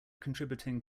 contributing